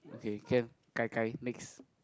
okay can Gai Gai next